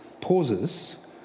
pauses